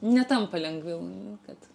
netampa lengviau nu kad